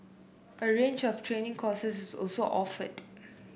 a range of training courses is also offered